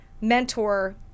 mentor